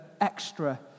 extra